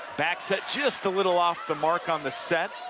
back set just a little off the mark on the set.